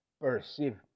perceive